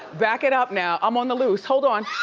back it up now. i'm on the loose. hold on.